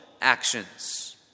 actions